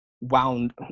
wound